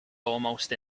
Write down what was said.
almost